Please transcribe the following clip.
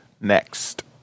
Next